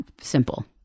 simple